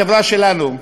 החברה שלנו,